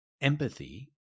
Empathy